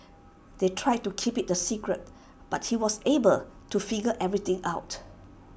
they tried to keep IT A secret but he was able to figure everything out